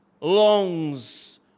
longs